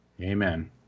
amen